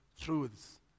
truths